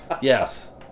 Yes